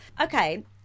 Okay